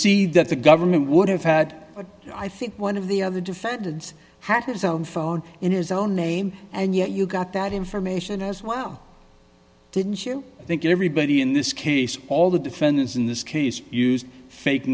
see that the government would have had i think one of the other defendants had his own phone in his own name and yet you got that information as well didn't you think everybody in this case all the defendants in this case used fake